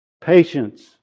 patience